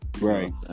Right